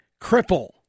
cripple